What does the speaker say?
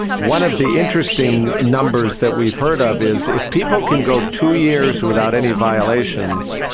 one of the interesting numbers that we've heard ah of is if people can go two years without any violations,